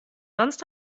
sonst